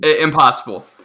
Impossible